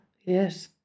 yes